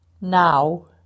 Now